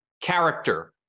character